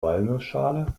walnussschale